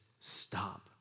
stop